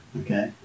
okay